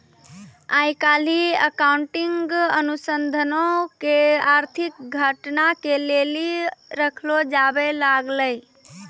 आइ काल्हि अकाउंटिंग अनुसन्धानो के आर्थिक घटना के लेली रखलो जाबै लागलै